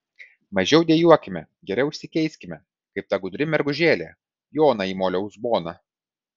mažiau dejuokime geriau išsikeiskime kaip ta gudri mergužėlė joną į molio uzboną